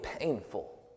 painful